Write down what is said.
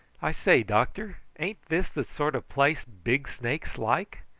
i say, doctor, ain't this the sort of place big snakes like?